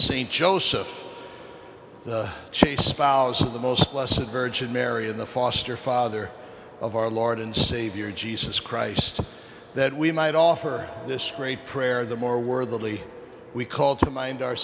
st joseph the chase spouse of the most pleasant virgin mary in the foster father of our lord and savior jesus christ that we might offer this great prayer the more worthy we call to mind our